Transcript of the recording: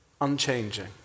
Unchanging